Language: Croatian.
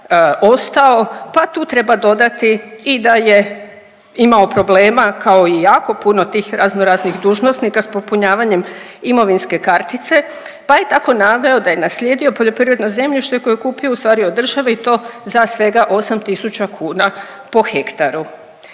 pa tu treba dodati i da je imao problema, kao i jako puno tih razno raznih dužnosnika s popunjavanjem imovinske kartice, pa je tako naveo da je naslijedio poljoprivredno zemljište koje je kupio ustvari od države i to za svega 8 tisuća kuna po hektaru.